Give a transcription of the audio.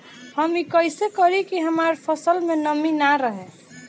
हम ई कइसे करी की हमार फसल में नमी ना रहे?